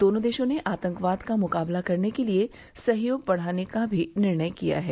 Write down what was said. दोनों देशों ने आतंकवाद का मुकाबला करने के लिए सहयोग बढ़ाने का भी निर्णय किया है